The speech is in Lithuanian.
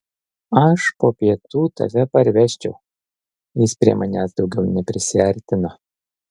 aš po pietų tave parvežčiau jis prie manęs daugiau neprisiartino